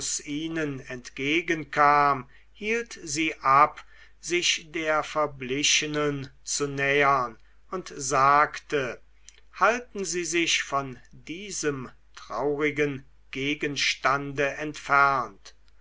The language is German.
ihnen entgegenkam hielt sie ab sich der verblichenen zu nähern und sagte halten sie sich von diesem traurigen gegenstande entfernt